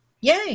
Yay